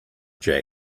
jack